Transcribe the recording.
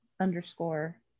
underscore